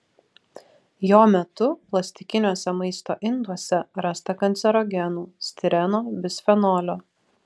jo metu plastikiniuose maisto induose rasta kancerogenų stireno bisfenolio